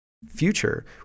Future